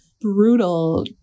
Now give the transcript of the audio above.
brutal